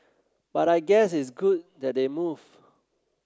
but I guess it's good that they move